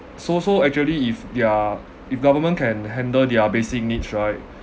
so so actually if their if government can handle their basic needs right